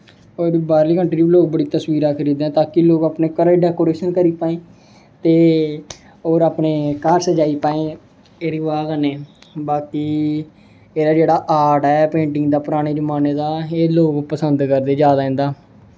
होर बाह्रली कंट्री बी बड़े लोग तस्वीरां खरीद दे ऐ ताकि लोग अपने घरे दी डेकोरेशन करी पाएं ते होर अपने घर सजाई पाएं एह्दी बजह् कन्नै बाकी एह्दा जेह्ड़ा आर्ट ऐ पेंटिंग दा पराने जमान्ने दा ते एह् लोग पसंद करदे जादा इं'दा